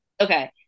okay